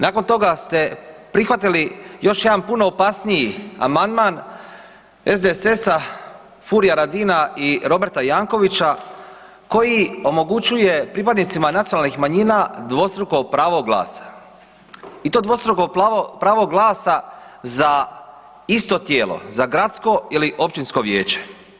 Nakon toga ste prihvatili još jedan puno opasniji amandman SDSS-a, Furia Radina i Roberta Jankovicsa koji omogućuje pripadnicima nacionalnih manjina dvostruko pravo glasa i to dvostruko pravo glasa za isto tijelo za gradsko ili općinsko vijeće.